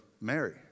Mary